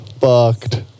fucked